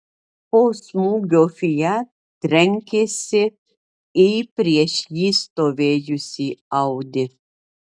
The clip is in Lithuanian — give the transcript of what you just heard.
po smūgio fiat trenkėsi į prieš jį stovėjusį audi